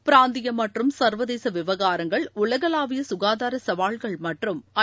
பிராந்திய மற்றும் சர்வதேச விவகாரங்கள் உலகளாவிய சுகாதார சவால்கள் மற்றும் ஐ